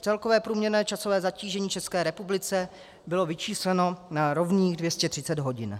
Celkové průměrné časové zatížení v České republice bylo vyčísleno na rovných 230 hodin.